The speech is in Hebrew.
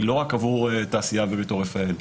היא לא רק עבור התעשייה האווירית או רפאל.